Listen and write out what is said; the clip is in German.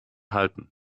halten